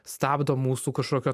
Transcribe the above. stabdo mūsų kažkokio